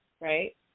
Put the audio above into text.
right